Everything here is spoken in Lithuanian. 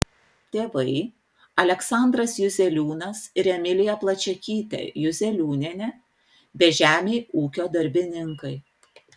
tėvai aleksandras juzeliūnas ir emilija plačiakytė juzeliūnienė bežemiai ūkio darbininkai